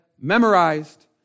memorized